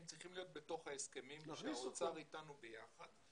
הם צריכים להיות בתוך ההסכמים של האוצר אתנו ביחד,